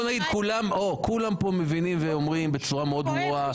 כולם פה מבינים ואומרים בצורה ברורה מאוד,